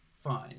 fine